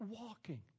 walking